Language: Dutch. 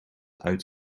uit